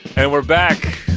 and we're back.